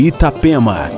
Itapema